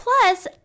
Plus